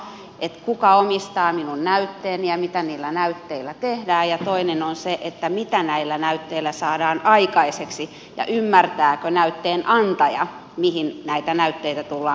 ensinnäkin kuka näytteet omistaa ja mitä niillä näytteillä tehdään ja toiseksi mitä näillä näytteillä saadaan aikaiseksi ja ymmärtääkö näytteen antaja mihin näitä näytteitä tullaan käyttämään